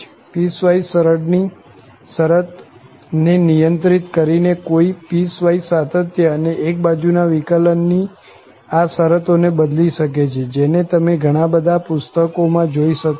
piecewise સરળ ની શરત ને નિયંત્રિત કરી ને કોઈ પીસવાઈસ સાતત્ય અને એક બાજુ ના વિકલન ની આ શરતો ને બદલી શકે છે જેને તમે ઘણા બધા પુસ્તકો માં જોઈ શકશો